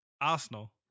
Arsenal